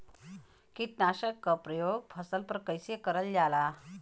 कीटनाशक क प्रयोग फसल पर कइसे करल जाला?